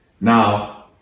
Now